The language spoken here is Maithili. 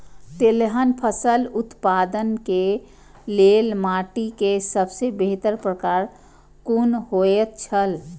तेलहन फसल उत्पादन के लेल माटी के सबसे बेहतर प्रकार कुन होएत छल?